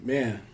Man